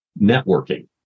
networking